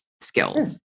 skills